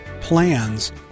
plans